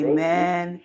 Amen